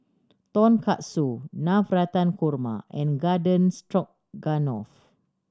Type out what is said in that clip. Tonkatsu Navratan Korma and Garden Stroganoff